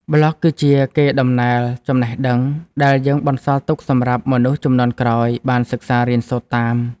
ប្លក់គឺជាកេរដំណែលចំណេះដឹងដែលយើងបន្សល់ទុកសម្រាប់មនុស្សជំនាន់ក្រោយបានសិក្សារៀនសូត្រតាម។